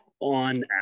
on